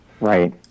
Right